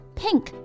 pink